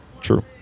True